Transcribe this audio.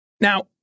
Now